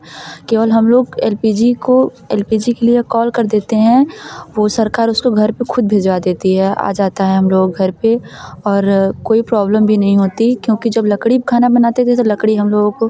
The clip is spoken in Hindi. केवल हम लोग एल पी जी को एल पी जी के लिए कॉल कर देते हैं वह सरकार उसको घर पर खुद भिजवा देती है आ जाता है हम लोग घर पर और कोई प्रॉब्लम भी नहीं होती क्योंकि जब लकड़ी पर खाना बनाते थे तो लकड़ी हम लोगों को